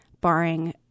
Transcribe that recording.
barring